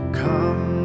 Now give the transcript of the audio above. come